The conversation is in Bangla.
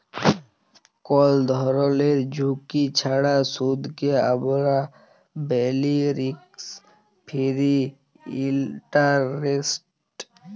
কল ধরলের ঝুঁকি ছাড়া সুদকে আমরা ব্যলি রিস্ক ফিরি ইলটারেস্ট